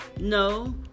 no